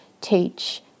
teach